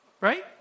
right